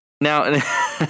Now